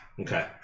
Okay